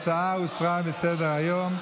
ההצעה הוסרה מסדר-היום,